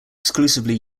exclusively